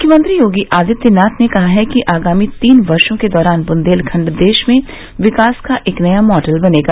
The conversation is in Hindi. मुख्यमंत्री योगी आदित्यनाथ ने कहा है कि आगामी तीन वर्षो के दौरान बुन्देलखंड देश में विकास का एक नया मॉडल बनेगा